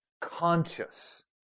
conscious